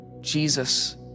Jesus